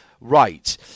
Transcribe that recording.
right